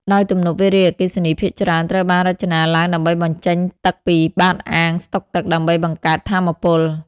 ដោយទំនប់វារីអគ្គិសនីភាគច្រើនត្រូវបានរចនាឡើងដើម្បីបញ្ចេញទឹកពី បាតអាងស្តុកទឹក ដើម្បីបង្កើតថាមពល។